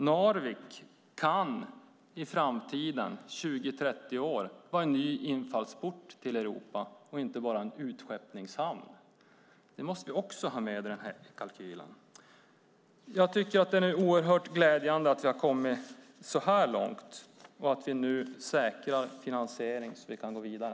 Narvik kan i framtiden, om 20-30 år, vara en ny inkörsport till Europa och inte bara en utskeppningshamn. Det måste vi också ha med i kalkylen. Jag tycker att det är oerhört glädjande att vi har kommit så här långt och att vi nu säkrar finansiering så att vi kan gå vidare.